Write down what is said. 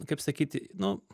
kaip sakyti nu